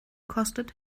kostet